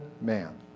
man